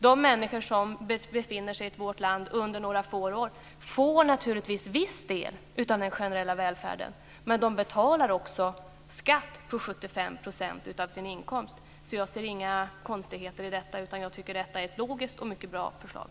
De människor som befinner sig i vårt land under några få år får naturligtvis viss del av den generella välfärden, men de betalar också skatt på 75 % av sin inkomst. Jag ser inga konstigheter i detta, utan jag tycker att det är ett logiskt och mycket bra förslag.